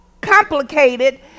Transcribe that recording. complicated